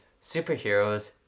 superheroes